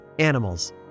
animals